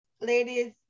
ladies